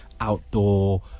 outdoor